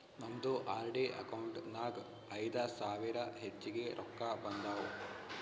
ನಮ್ದು RD account ನಾಗ್ ಐಯ್ದ ಸಾವಿರ ಹೆಚ್ಚಿಗೆ ರೊಕ್ಕಾ ಬಂದಾವ್